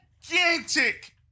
Gigantic